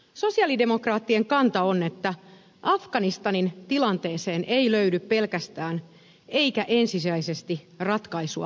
sosialidemokraattien kanta on että afganistanin tilanteeseen ei löydy pelkästään eikä ensisijaisesti ratkaisua sotilaallisin keinoin